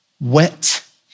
wet